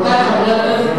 חבר הכנסת אלדד,